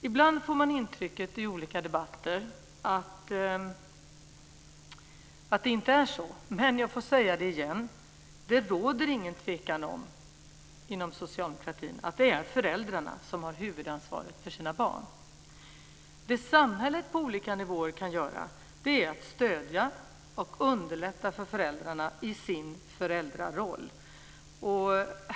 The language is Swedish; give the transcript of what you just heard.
Ibland får man i olika debatter intrycket att det inte är så, men jag får säga det igen: det råder ingen tvekan inom socialdemokratin om att det är föräldrarna som har huvudansvaret för sina barn. Det som samhället på olika nivåer kan göra är att stödja och underlätta för föräldrarna i deras föräldraroll.